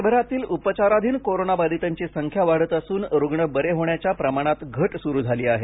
देशभरातील उपचाराधीन कोरोना बाधितांची संख्या वाढत असून रुग्ण बरे होण्याच्या प्रमाणात घट सुरू झाली आहे